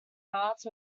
arts